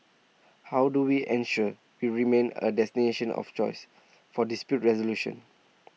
how do we ensure we remain A destination of choice for dispute resolution